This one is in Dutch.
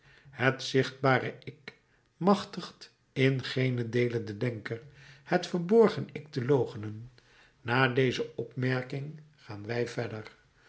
het zichtbare ik machtigt in geenen deele den denker het verborgen ik te loochenen na deze opmerking gaan wij verder